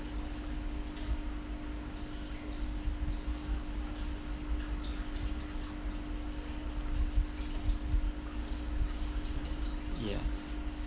ya